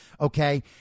Okay